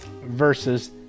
versus